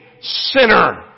sinner